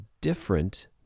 different